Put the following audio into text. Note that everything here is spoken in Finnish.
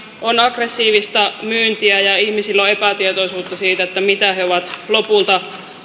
on aggressiivista myyntiä ja ihmisillä on epätietoisuutta siitä mitä he ovat lopulta